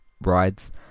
rides